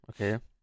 Okay